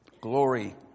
glory